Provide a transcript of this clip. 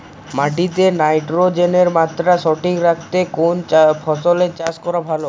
মাটিতে নাইট্রোজেনের মাত্রা সঠিক রাখতে কোন ফসলের চাষ করা ভালো?